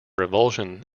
revulsion